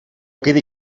quedi